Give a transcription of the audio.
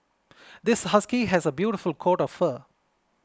this husky has a beautiful coat of fur